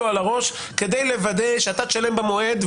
על הראש כדי לוודא שאתה תשלם במועד,